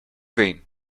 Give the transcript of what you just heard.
been